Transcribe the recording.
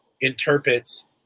interprets